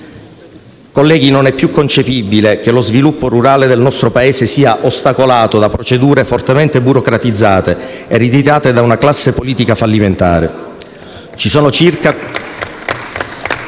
Colleghi, non è più concepibile che lo sviluppo rurale del nostro Paese sia ostacolato da procedure fortemente burocratizzate, ereditate da una classe politica fallimentare. *(Applausi dal